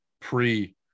pre